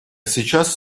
сейчас